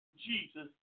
Jesus